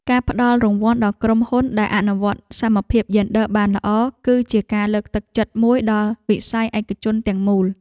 ការផ្តល់រង្វាន់ដល់ក្រុមហ៊ុនដែលអនុវត្តសមភាពយេនឌ័របានល្អ គឺជាការលើកទឹកចិត្តមួយដល់វិស័យឯកជនទាំងមូល។